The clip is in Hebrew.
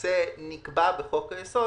נקבע בחוק היסוד,